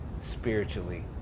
spiritually